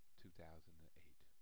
2008